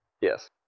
Yes